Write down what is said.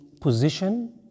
position